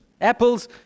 apples